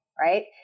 Right